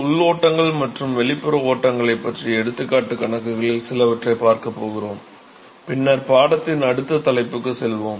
உள் ஓட்டங்கள் மற்றும் வெளிப்புற ஓட்டங்களைப் பற்றிய எடுத்துக்காட்டு கணக்குகளில் சிலவற்றைப் பார்க்கப் போகிறோம் பின்னர் பாடத்தின் அடுத்த தலைப்புக்கு செல்வோம்